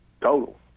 total